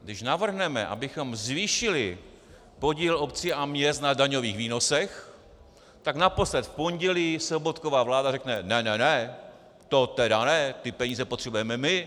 Když navrhneme, abychom zvýšili podíl obcí a měst na daňových výnosech, tak naposled v pondělí Sobotkova vláda řekne ne, ne, ne, to teda ne, ty peníze potřebujeme my.